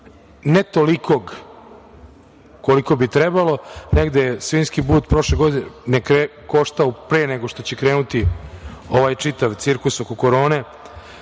ne toliko koliko bi trebalo, negde svinjski but prošle godine neka je koštao pre nego što će krenuti ovaj čitav cirkus oko korone,